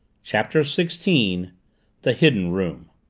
chapter sixteen the hidden room